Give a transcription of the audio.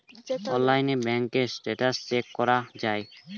অনলাইনে ব্যাঙ্কের status check করা যায়